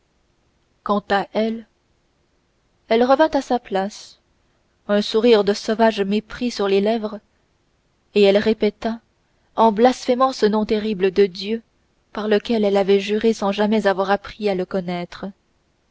quant à elle elle revint à sa place un sourire de sauvage mépris sur les lèvres et elle répéta en blasphémant ce nom terrible de dieu par lequel elle avait juré sans jamais avoir appris à le connaître